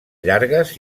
llargues